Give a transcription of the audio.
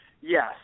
yes